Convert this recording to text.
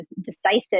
decisive